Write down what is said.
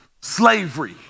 slavery